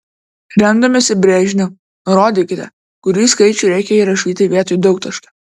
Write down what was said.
remdamiesi brėžiniu nurodykite kurį skaičių reikia įrašyti vietoj daugtaškio